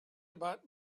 about